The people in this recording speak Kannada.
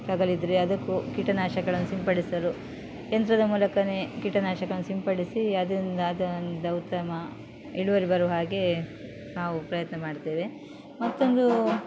ತಗುಲಿದ್ದರೆ ಅದಕ್ಕೂ ಕೀಟನಾಶಕಗಳನ್ನು ಸಿಂಪಡಿಸಿಲು ಯಂತ್ರದ ಮೂಲಕವೇ ಕೀಟನಾಶಕವನ್ನು ಸಿಂಪಡಿಸಿ ಅದರಿಂದಾದಂಥ ಉತ್ತಮ ಇಳುವರಿ ಬರೋ ಹಾಗೆ ನಾವು ಪ್ರಯತ್ನ ಮಾಡುತ್ತೇವೆ ಮತ್ತೊಂದು